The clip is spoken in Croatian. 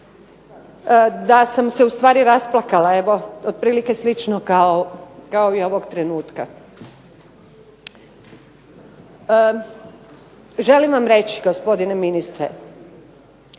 da sam se u stvari rasplakala evo otprilike slično kao i ovog trenutka. Želim vam reći gospodine ministre